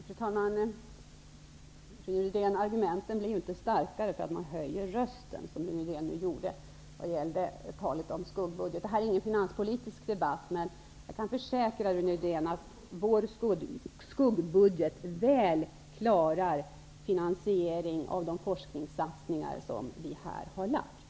Fru talman! Argumenten blir inte starkare, Rune Rydén, för att man höjer rösten. Det gjorde Rune Rydén när han talade om skuggbudgeten. Det här är inte en finanspolitisk debatt. Men jag kan försäkra Rune Rydén att vår skuggbudget väl klarar finansieringen av de förslag till forskningssatsningar som vi har lagt fram.